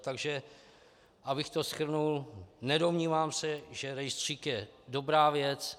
Takže abych to shrnul, nedomnívám se, že rejstřík je dobrá věc.